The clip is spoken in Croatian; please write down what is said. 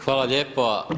Hvala lijepa.